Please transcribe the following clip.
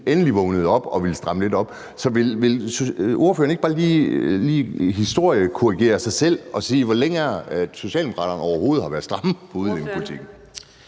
endelig – vågnede op og ville stramme lidt op. Så vil ordføreren ikke bare lige historiekorrigere sig selv og sige, hvor længe Socialdemokraterne overhovedet har været stramme i forhold til